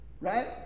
Right